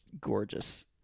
gorgeous